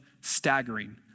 staggering